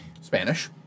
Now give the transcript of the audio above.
Spanish